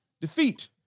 defeat